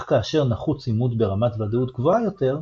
אך כאשר נחוץ אימות ברמת ודאות גבוהה יותר,